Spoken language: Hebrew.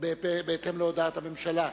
בהתאם להודעת הממשלה.